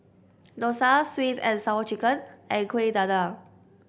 dosa sweet and Sour Chicken and Kueh Dadar